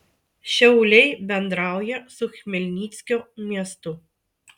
šiauliai bendrauja su chmelnickio miestu